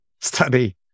study